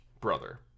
brother